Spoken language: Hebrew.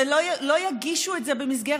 מדי,